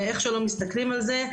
איך שלא מסתכלים על זה,